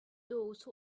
those